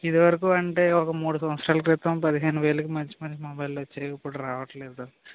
ఇది వరకు అంటే ఒక మూడు సంవత్సరాల క్రితం పదిహేను వేలకు మంచి మంచి మొబైల్ వచ్చేవి ఇప్పుడు రావట్లేదు